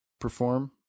perform